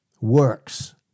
Works